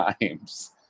times